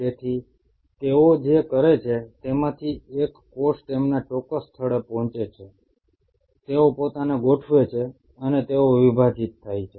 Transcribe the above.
તેથી તેઓ જે કરે છે તેમાંથી એક કોષ તેમના ચોક્કસ સ્થળે પહોંચે છે તેઓ પોતાને ગોઠવે છે અને તેઓ વિભાજિત થાય છે